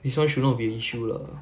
this [one] should not be an issue lah